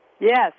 Yes